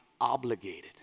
Obligated